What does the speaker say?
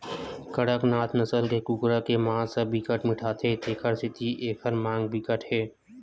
कड़कनाथ नसल के कुकरा के मांस ह बिकट मिठाथे तेखर सेती एखर मांग बिकट हे